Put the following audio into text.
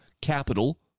capital